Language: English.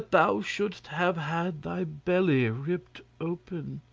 thou should'st have had thy belly ah ripped open!